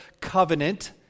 covenant